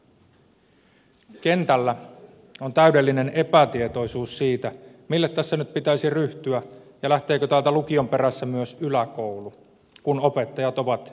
kentällä on täydellinen epätietoisuus siitä mihin tässä nyt pitäisi ryhtyä ja lähteekö täältä lu kion perässä myös yläkoulu kun opettajat ovat yhteisiä